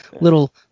little